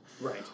Right